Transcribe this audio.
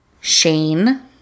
Shane